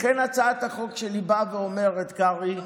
לכן הצעת החוק שלי באה ואומרת, קרעי,